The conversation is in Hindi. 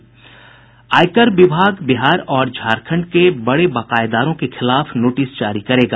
आयकर विभाग बिहार और झारखण्ड के बड़े बकायेदारों के खिलाफ नोटिस जारी करेगा